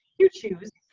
you choose,